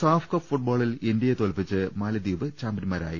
SAFF cup ഫുട്ബോളിൽ ഇന്ത്യയെ തോൽപ്പിച്ച് മാലി ദ്വീപ് ചാമ്പ്യന്മാരായി